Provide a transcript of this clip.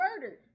murdered